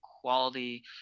quality